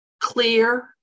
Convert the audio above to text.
clear